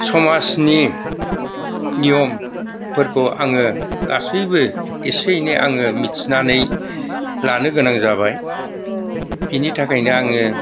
समाजनि नियमफोरखौ आङो गासैबो एसे एनै आङो मिथिनानै लानो गोनां जाबाय बिनि थाखायनो आङो